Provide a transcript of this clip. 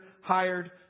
hired